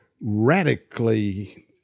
radically